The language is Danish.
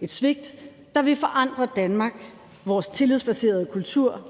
Et svigt, der vil forandre Danmark, vores tillidsbaserede kultur,